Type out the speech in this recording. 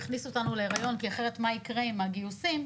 הכניסו אותנו להיריון כי אחרת מה יקרה עם הגיוסים,